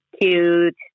cute